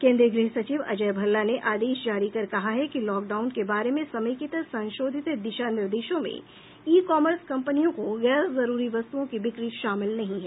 केन्द्रीय गृह सचिव अजय भल्ला ने आदेश जारी कर कहा है कि लॉकडाउन के बारे में समेकित संशोधित दिशा निर्देशों में ई कॉमर्स कम्पनियों को गैर जरूरी वस्तुओं की बिक्री शामिल नहीं है